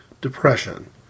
Depression